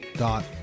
dot